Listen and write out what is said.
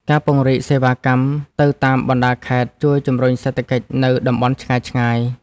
ការពង្រីកសេវាកម្មទៅតាមបណ្ដាខេត្ត ជួយជំរុញសេដ្ឋកិច្ចនៅតំបន់ឆ្ងាយៗ។